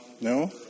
No